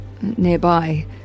nearby